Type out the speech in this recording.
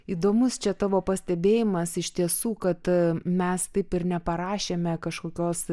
įdomus čia tavo pastebėjimas iš tiesų kad mes taip ir neparašėme kažkokios